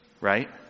Right